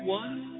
one